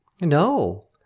No